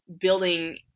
building